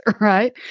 right